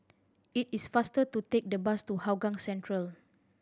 it is faster to take the bus to Hougang Central